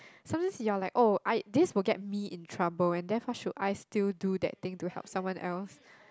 sometimes you are like oh I this will get me in trouble and therefore should I still do that thing to help someone else